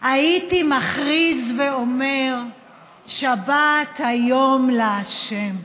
הייתי מכריז ואומר שבת היום לה'".